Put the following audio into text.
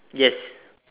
yes